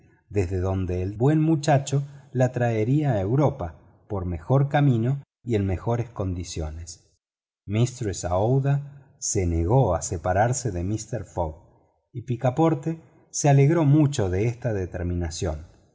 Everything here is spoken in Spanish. desde donde el buen muchacho la traería a europa por mejor camino y en mejores condiciones mistress aouida se negó a separarse de mister fogg y picaporte se alegró mucho de esta determinación